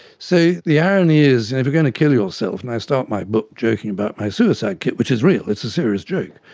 so the irony if you're going to kill yourself, and i start my book joking about my suicide kit, which is real, it's a serious joke,